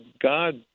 God